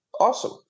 Awesome